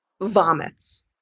vomits